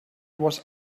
was